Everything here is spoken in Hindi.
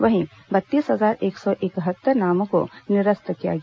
वहीं बत्तीस हजार एक सौ इकहत्तर नामों को निरस्त किया गया